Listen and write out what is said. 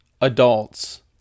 adults